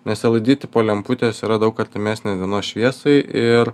nes elaidy tipo lemputės yra daug artimesnė dienos šviesai ir